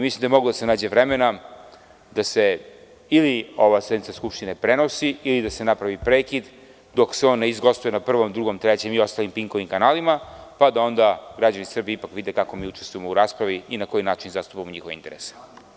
Mislim da je moglo da se nađe vremena da se ili ova sednica skupštine prenosi, ili da se napravi prekid, dok se on ne izgostuje na prvom, drugom, trećem i ostalim pinkovim kanalima, pa da onda građani Srbije ipak vide kako mi učestvujemo u raspravi i na koji način zastupamo njihove interese.